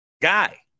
guy